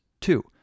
Two